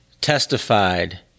testified